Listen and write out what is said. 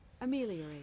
Ameliorate